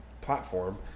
platform